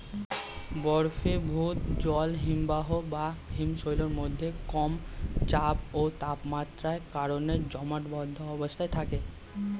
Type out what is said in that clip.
বরফীভূত জল হিমবাহ বা হিমশৈলের মধ্যে কম চাপ ও তাপমাত্রার কারণে জমাটবদ্ধ অবস্থায় থাকে